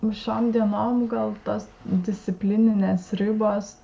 šiom dienom gal tas disciplininės ribos